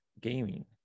gaming